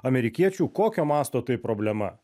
amerikiečių kokio masto tai problema